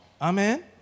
Amen